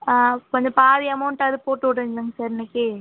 ஆ கொஞ்சம் பாதி அமௌண்ட்டாவது போட்டு விடுங்களேங்க சார் இன்றைக்கி